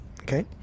Okay